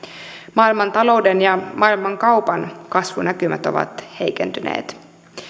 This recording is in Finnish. maailmantalouden ja maailmankaupan kasvunäkymät ovat heikentyneet